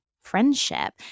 friendship